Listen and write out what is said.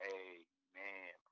amen